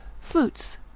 Fruits